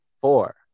four